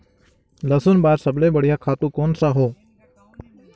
लसुन बार सबले बढ़िया खातु कोन सा हो?